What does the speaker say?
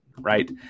right